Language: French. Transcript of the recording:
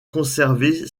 conservé